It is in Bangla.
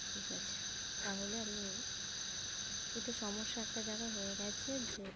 ঠিক আছে তাহলে আমি কিন্তু সমস্যা একটা জায়গায় হয়ে গিয়েছে যে